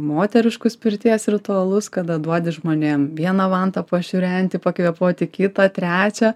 moteriškus pirties ritualus kada duodi žmonėm vieną vantą pašiurenti pakvėpuoti kitą trečią